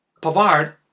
Pavard